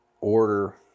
order